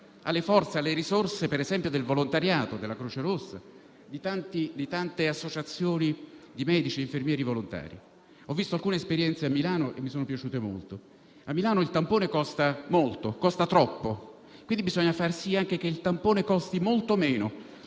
alle forze e alle risorse, per esempio, del volontariato, della Croce Rossa e delle tante associazioni di medici e infermieri volontari. Ho visto alcune esperienze a Milano che mi sono piaciute molto, perché lì il tampone costa troppo, quindi bisogna far sì anche che costi molto meno.